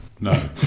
No